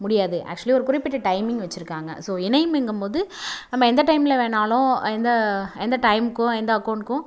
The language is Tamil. முடியாது ஆக்சுவலி ஒரு குறிப்பிட்ட டைமிங் வச்சுருக்காங்க ஸோ இணையம்கும் போது நம்ம எந்த டைமில் வேணாலும் எந்த எந்த டைமுக்கும் எந்த அக்கௌண்ட்கும்